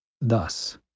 Thus